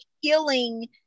healing